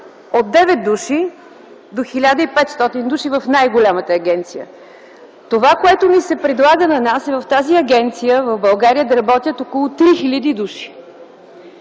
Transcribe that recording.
от 9 до 1500 души в най-голямата агенция. Това, което ни се предлага, е в тази агенция в България да работят около 3000 души.